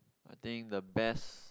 I think the best